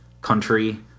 country